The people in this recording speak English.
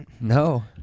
No